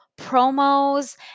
promos